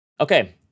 Okay